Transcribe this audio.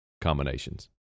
combinations